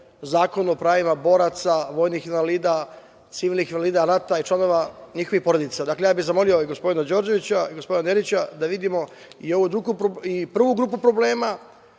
zakonu o pravima boraca, vojnih invalida, civilnih invalida rata i članova njihovih porodica. Dakle, zamolio bih gospodina Đorđevića i gospodina Nerića da vidimo i prvu grupu problema,